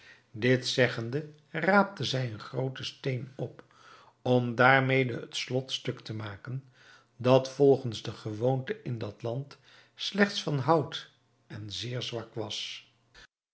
dit zeggende raapte zij een grooten steen op om daarmede het slot stuk te maken dat volgens de gewoonte in dat land slechts van hout en zeer zwak was